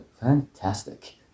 fantastic